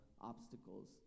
obstacles